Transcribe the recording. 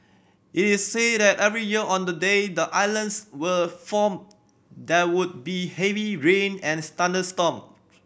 is said that every year on the day the islands were formed there would be heavy rain and thunderstorm